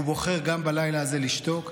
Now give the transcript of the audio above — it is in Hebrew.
הוא בוחר גם בלילה הזה לשתוק,